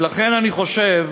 ולכן אני חושב